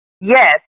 yes